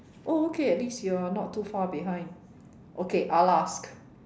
oh okay at least you're not too far behind okay I'll ask